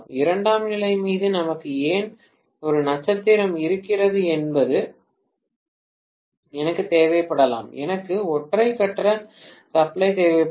இரண்டாம் நிலை மீது நமக்கு ஏன் ஒரு நட்சத்திரம் இருக்கிறது என்பது எனக்குத் தேவைப்படலாம் எனக்கு ஒற்றை கட்ட சப்ளை தேவைப்படும்